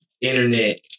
internet